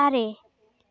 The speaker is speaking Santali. ᱟᱨᱮ